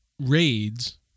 raids